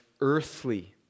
earthly